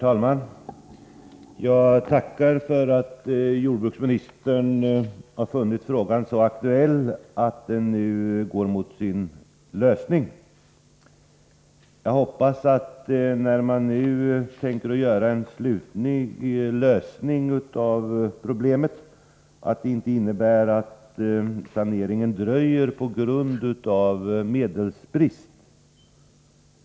Herr talman! Jag är glad att jordbruksministern konstaterar att frågan är aktuell och att han säger att frågan nu går mot sin lösning. Jag hoppas att den slutliga lösning av problemet som jordbruksministern ställer i utsikt inte skall innebära att saneringen dröjer på grund av medelsbrist.